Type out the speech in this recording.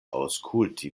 aŭskulti